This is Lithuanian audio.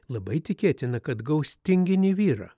labai tikėtina kad gaus tinginį vyrą